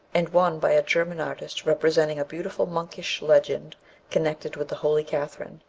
and one by a german artist representing a beautiful monkish legend connected with the holy catherine,